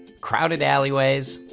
crowded alleyways,